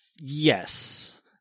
yes